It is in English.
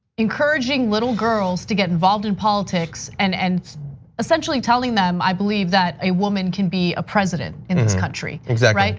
encouraging little girls to get involved in politics and and essentially telling them i believe that a woman can be a president in this country. exactly.